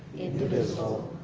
indivisible,